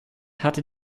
hatte